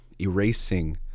erasing